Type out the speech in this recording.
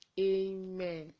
amen